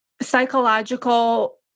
psychological